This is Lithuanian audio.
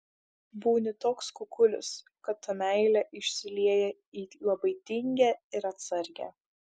būni toks kukulis kad ta meilė išsilieja į labai tingią ir atsargią